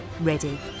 ready